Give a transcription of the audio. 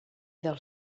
del